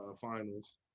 finals